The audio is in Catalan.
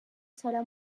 serà